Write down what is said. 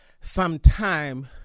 sometime